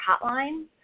hotline